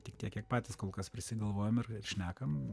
tik tiek kiek patys kol kas prisigalvojam ir šnekam